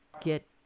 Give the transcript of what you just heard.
get